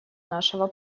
нашего